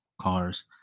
cars